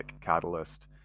catalyst